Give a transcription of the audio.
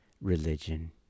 religion